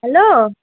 hello